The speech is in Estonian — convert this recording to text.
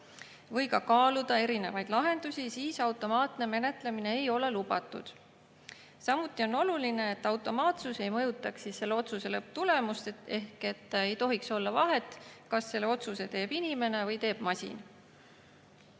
või ka kaaluda erinevaid lahendusi, siis automaatne menetlemine ei ole lubatud. Samuti on oluline, et automaatsus ei mõjutaks otsust, lõpptulemust. Ehk ei tohi olla vahet, kas otsuse teeb inimene või teeb masin.